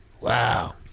Wow